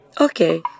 Okay